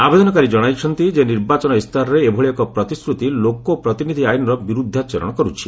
ଆବେଦନକାରୀ ଜଣାଇଛନ୍ତି ଯେ ନିର୍ବାଚନ ଇସ୍ତାହାରରେ ଏଭଳି ଏକ ପ୍ରତିଶ୍ରତି ଲୋକପ୍ରତିନିଧି ଆଇନର ବିରୁଦ୍ଧାଚରଣ କରୁଛି